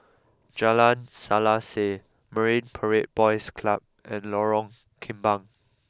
Jalan Selaseh Marine Parade Boys Club and Lorong Kembang